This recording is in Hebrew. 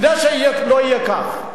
כדי שלא יהיה כך.